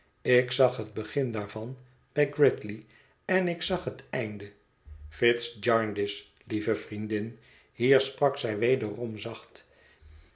ik zag het begin daarvan bij gridley en ik zag het einde fitz jarndyce lieve vriendin hier sprak zij wederom zacht